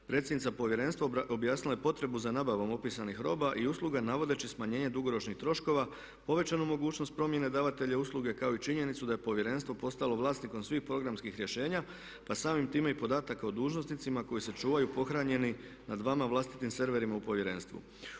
Predsjednica Povjerenstva objasnila je potrebu za nabavom opisanih roba i usluga navodeći smanjenje dugoročnih troškova, povećanu mogućnost promjene davatelja usluge kao i činjenicu da je Povjerenstvo postalo vlasnikom svih programskih rješenja pa samim time i podataka o dužnosnicima koji se čuvaju pohranjeni nad vama vlastitim serverima u Povjerenstvu.